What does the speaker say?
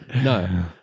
No